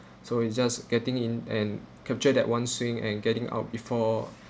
so it just getting in and capture that one swing and getting out before